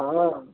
हाँ